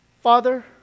Father